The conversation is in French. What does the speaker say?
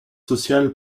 social